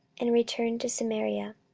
and returned to samaria.